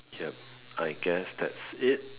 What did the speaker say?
yup I guess that's it